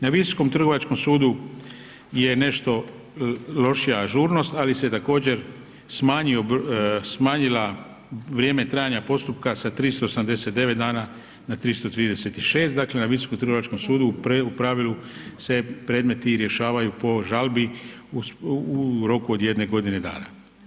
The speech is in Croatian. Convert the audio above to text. Na Visokom trgovačkom sudu je nešto lošija ažurnost, ali se također smanjila vrijeme trajanja postupka sa 389 dana na 336, dakle na Visokom trgovačkom sudu u pravilu se predmeti rješavaju po žalbi u roku od jedne godine dana.